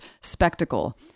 spectacle